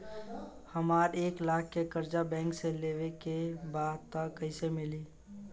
हमरा एक लाख के कर्जा बैंक से लेवे के बा त कईसे मिली?